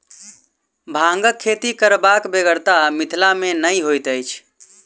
भांगक खेती करबाक बेगरता मिथिला मे नै होइत अछि